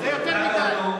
זה יותר מדי.